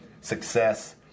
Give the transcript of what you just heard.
success